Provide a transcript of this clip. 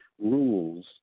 rules